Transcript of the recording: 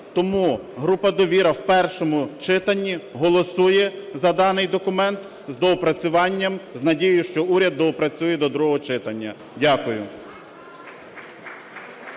Тому група "Довіра" в першому читанні голосує за даний документ з доопрацюванням з надією, що уряд доопрацює до другого читання. Дякую.